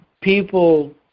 people